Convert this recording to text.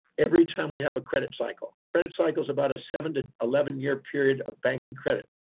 every time we have a credit cycle, credit cycle's about a seven to eleven year period of banking credit.